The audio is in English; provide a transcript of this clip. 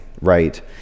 right